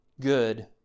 Good